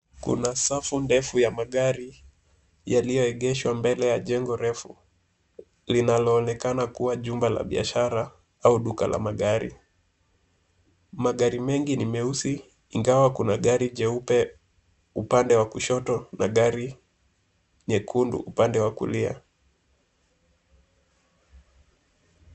Kuna safu ndefu ya magari yaliyoegeshwa mbele ya jengo refu linaloonekana kuwa jumba la biashara au duka la magari. Magari mengi ni meusi ingawa kuna gari jeupe upande wa kushoto na gari nyekundu upande wa kulia.